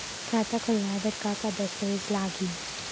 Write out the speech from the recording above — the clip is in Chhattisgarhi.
खाता खोलवाय बर का का दस्तावेज लागही?